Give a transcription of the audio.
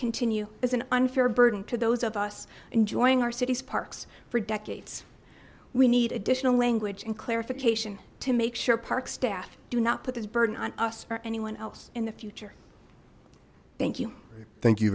continue is an unfair burden to those of us enjoying our city's parks for decades we need additional language and clarification to make sure park staff do not put this burden on us or anyone else in the future thank you thank you